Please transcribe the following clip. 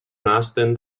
nahasten